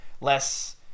less